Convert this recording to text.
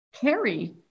carry